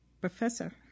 professor